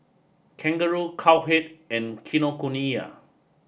Kangaroo Cowhead and Kinokuniya